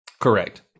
correct